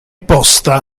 posta